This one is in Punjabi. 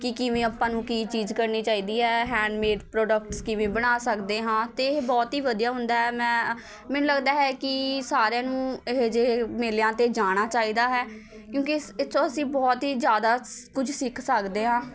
ਕਿ ਕਿਵੇਂ ਆਪਾਂ ਨੂੰ ਕੀ ਚੀਜ਼ ਕਰਨੀ ਚਾਹੀਦੀ ਹੈ ਹੈਂਡਮੇਡ ਪ੍ਰੋਡਕਟਸ ਕਿਵੇਂ ਬਣਾ ਸਕਦੇ ਹਾਂ ਅਤੇ ਇਹ ਬਹੁਤ ਹੀ ਵਧੀਆ ਹੁੰਦਾ ਹੈ ਮੈਂ ਮੈਨੂੰ ਲੱਗਦਾ ਹੈ ਕਿ ਸਾਰਿਆ ਨੂੰ ਇਹੇ ਜਿਹੇ ਮੇਲਿਆਂ 'ਤੇ ਜਾਣਾ ਚਾਹੀਦਾ ਹੈ ਕਿਉਂਕਿ ਇਸ ਇੱਥੋਂ ਅਸੀਂ ਬਹੁਤ ਹੀ ਜ਼ਿਆਦਾ ਸ ਕੁਝ ਸਿੱਖ ਸਕਦੇ ਹਾਂ